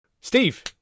Steve